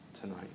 tonight